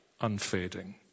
unfading